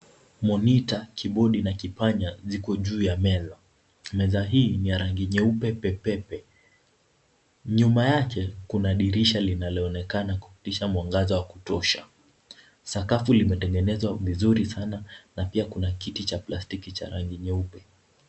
Monita, kibodi na kipanya, ziko juu ya meza. Meza hii ni ya rangi nyeupe pepepe. Nyuma yake kuna dirisha linaloonekana kupitisha mwangaza wa kutosha. Sakafu limetengenezwa vizuri sana na pia kuna kiti cha plastiki cha rangi nyeupe.